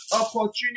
Opportunity